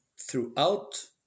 throughout